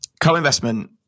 co-investment